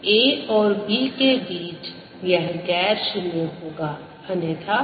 a और b के बीच यह गैर शून्य होगा अन्यथा 0 होगा